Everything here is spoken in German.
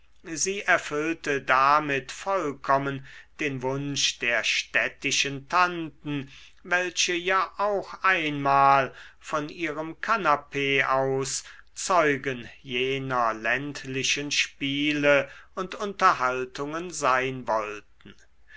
sie erfüllte damit vollkommen den wunsch der städtischen tanten welche ja auch einmal von ihrem kanapee aus zeugen jener ländlichen spiele und unterhaltungen sein wollten